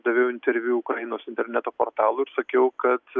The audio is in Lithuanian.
daviau interviu ukrainos interneto portalui ir sakiau kad